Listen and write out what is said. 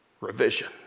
Revision